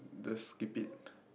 just skip it